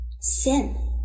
sin